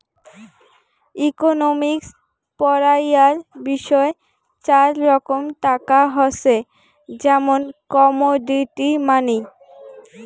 economics পড়াইয়ার বিষয় চার রকম টাকা হসে, যেমন কমোডিটি মানি